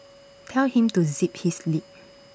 tell him to zip his lip